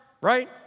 Right